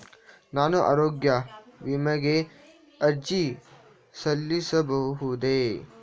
ನಾನು ಆರೋಗ್ಯ ವಿಮೆಗೆ ಅರ್ಜಿ ಸಲ್ಲಿಸಬಹುದೇ?